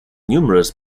numerous